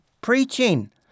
preaching